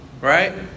Right